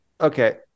Okay